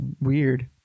weird